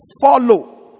Follow